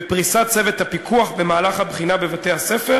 פריסת צוות הפיקוח במהלך הבחינה בבתי-הספר